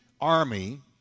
army